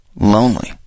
lonely